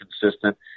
consistent